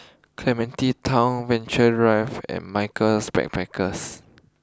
Clementi Town Venture Drive and Michaels Backpackers